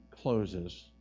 closes